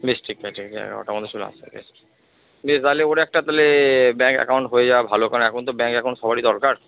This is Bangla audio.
বেশ ঠিক আছে এগারোটার মধ্যে চলে বেশ তাহলে ওর একটা তাহলে ব্যাংক অ্যাকাউন্ট হয়ে যাওয়া ভালো কারণ এখন তো ব্যাংক অ্যাকাউন্ট সবারই দরকার